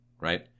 right